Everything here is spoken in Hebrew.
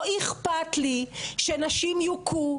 לא אכפת לי שנשים יוכו,